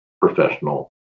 professional